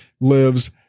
lives